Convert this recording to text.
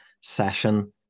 session